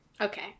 Okay